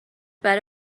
برا